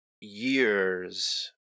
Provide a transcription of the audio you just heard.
years